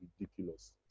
ridiculous